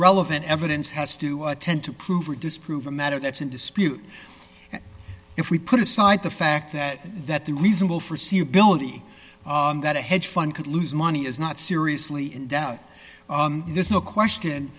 relevant evidence has to tend to prove or disprove a matter that's in dispute if we put aside the fact that that the reasonable for sea ability that a hedge fund could lose money is not seriously in doubt there's no question